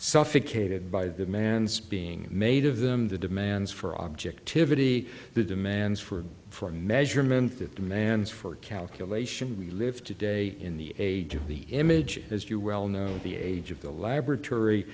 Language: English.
suffocated by the man's being made of them the demands for objectivity the demands for for measurement that demands for calculation we live today in the age of the image as you well know the age of the laboratory